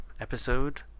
episode